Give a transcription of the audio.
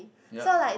yup